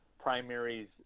primaries